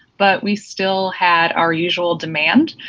but we still had our usual demand,